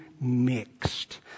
mixed